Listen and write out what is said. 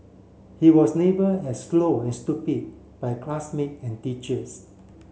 he was labelled as slow and stupid by classmate and teachers